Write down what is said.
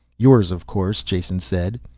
yours, of course, jason said.